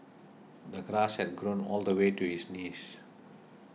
the grass had grown all the way to his knees